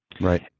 Right